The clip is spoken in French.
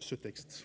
cette